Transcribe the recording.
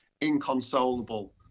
inconsolable